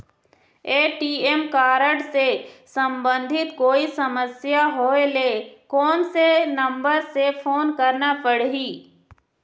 ATM card से संबंधित कोई समस्या होय ले, कोन से नंबर से फोन करना पढ़ही?